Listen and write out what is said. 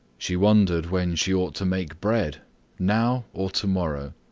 she wondered when she ought to make bread now or tomorrow?